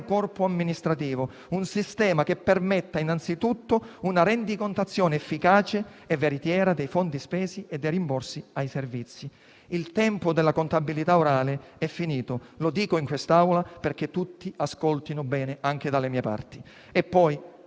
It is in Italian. corpo amministrativo, un sistema che permetta innanzitutto una rendicontazione efficace e veritiera dei fondi spesi e dei rimborsi ai servizi. Il tempo della contabilità orale è finito: lo dico in quest'Aula, affinché tutti ascoltino bene, anche dalle mie parti.